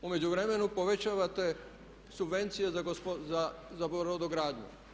U međuvremenu povećavate subvencije za brodogradnju.